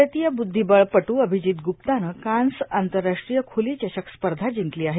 भारतीय ब्रुद्धिबळपटू अभिजित ग्रुप्तानं कान्स आंतरराष्ट्रीय खुली चषक स्पर्धा जिंकली आहे